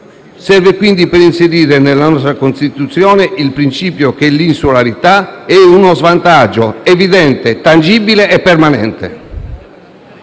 è volta a inserire nella nostra Costituzione il principio per cui l'insularità è uno svantaggio evidente, tangibile e permanente.